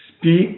speak